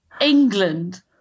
England